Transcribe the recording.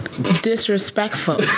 Disrespectful